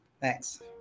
Thanks